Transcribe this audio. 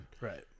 right